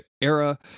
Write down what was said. era